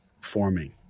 forming